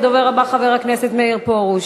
הדובר הבא, חבר הכנסת מאיר פרוש.